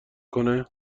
کنه